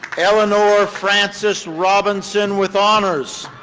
eleanor frances robinson with honors.